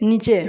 নিচে